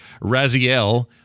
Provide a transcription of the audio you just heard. Raziel